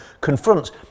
confronts